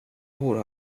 bor